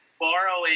borrowing